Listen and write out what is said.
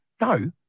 No